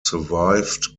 survived